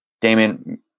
Damon